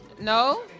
No